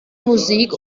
musik